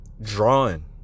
drawing